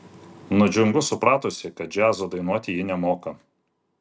nudžiungu supratusi kad džiazo dainuoti ji nemoka